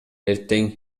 эртең